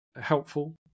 helpful